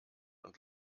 und